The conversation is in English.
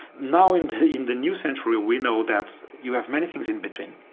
now in in the new century we know that you have many things in between,